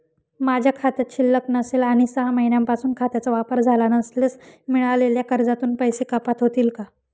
माझ्या खात्यात शिल्लक नसेल आणि सहा महिन्यांपासून खात्याचा वापर झाला नसल्यास मिळालेल्या कर्जातून पैसे कपात होतील का?